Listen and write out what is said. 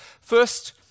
First